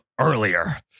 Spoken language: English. earlier